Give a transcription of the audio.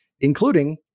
including